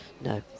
No